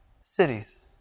cities